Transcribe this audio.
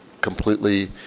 completely